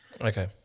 okay